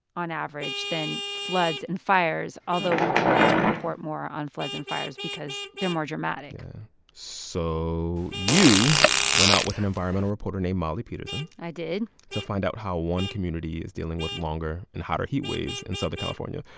on average, than floods and fires, although we do like to report more on floods and fires because they're more dramatic so you went out with an environmental reporter named molly peterson. i did. to find out how one community is dealing with longer and hotter heat waves in southern california.